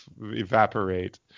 evaporate